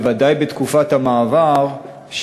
בוודאי בתקופת המעבר,